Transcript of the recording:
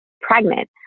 pregnant